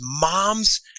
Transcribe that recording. mom's